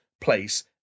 place